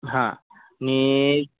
हा मी